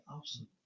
awesome